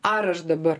ar aš dabar